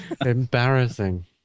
embarrassing